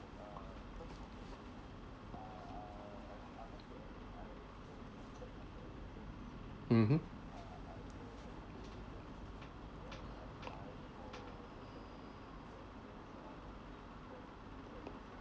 mmhmm